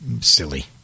silly